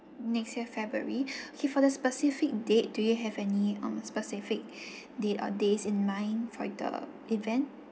next year february okay for the specific date do you have any um specific date or days in mind for the event